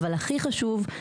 אבל הכי חשוב,